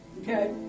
okay